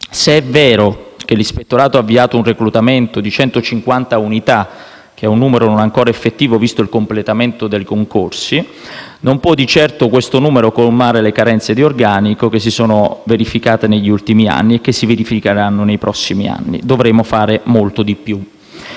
Se è vero che l'Ispettorato ha avviato un reclutamento di 150 unità, dato non ancora effettivo visto il completamento dei concorsi, questo numero non può di certo colmare le carenze di organico che si sono verificate negli ultimi anni e che si verificheranno nei prossimi anni. Dovremo fare molto di più.